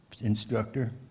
instructor